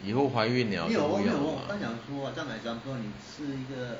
以后怀孕 liao 就不一样 mah